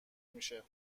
میشه